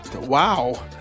wow